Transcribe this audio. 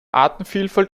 artenvielfalt